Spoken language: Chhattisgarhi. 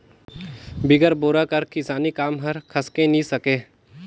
बिगर बोरा कर किसानी काम हर खसके नी सके